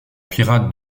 pirates